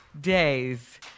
days